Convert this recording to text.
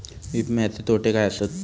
विमाचे तोटे काय आसत?